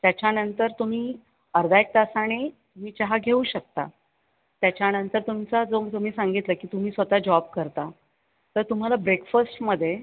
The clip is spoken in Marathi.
त्याच्यानंतर तुम्ही अर्ध्याएक तासाने तुम्ही चहा घेऊ शकता त्याच्यानंतर तुमचा जो तुम्ही सांगितला की तुम्ही स्वत जॉब करता तर तुम्हाला ब्रेकफस्टमध्ये